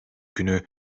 günü